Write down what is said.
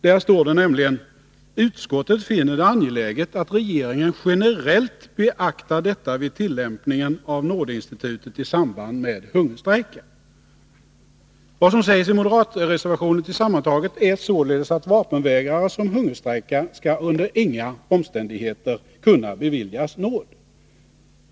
Där står det nämligen: ”Utskottet finner det angeläget att regeringen generellt beaktar detta vid tillämpningen av nådeinstitutet i samband med hungerstrejker.” Vad som sägs i moderatreservationen tillsammantaget är således att vapenvägrare som hungerstrejkar under inga omständigheter skall kunna beviljas nåd.